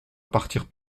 partir